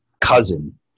cousin